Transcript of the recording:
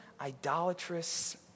idolatrous